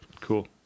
Cool